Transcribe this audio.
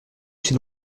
c’est